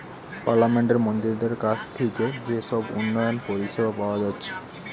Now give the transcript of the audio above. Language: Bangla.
পার্লামেন্টের মন্ত্রীদের কাছ থিকে যে উন্নয়ন পরিষেবা পাওয়া যাচ্ছে